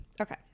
Okay